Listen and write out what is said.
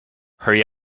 hurry